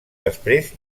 després